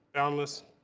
boundless,